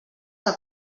que